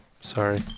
sorry